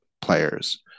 players